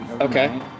Okay